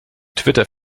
twitter